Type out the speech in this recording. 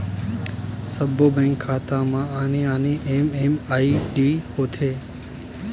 सब्बो बेंक खाता म आने आने एम.एम.आई.डी होथे